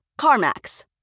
CarMax